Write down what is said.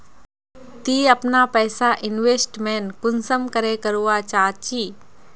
ती अपना पैसा इन्वेस्टमेंट कुंसम करे करवा चाँ चची?